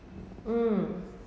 mm